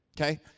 Okay